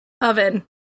oven